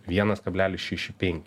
vienas kablelis šeši penki